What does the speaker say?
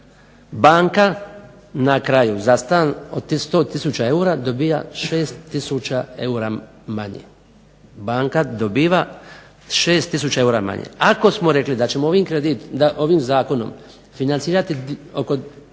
banka na kraju za stan od tih 100 tisuća eura dobija 6 tisuća eura manje. Ako smo rekli da ćemo ovim zakonom financirati oko